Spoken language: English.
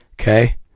Okay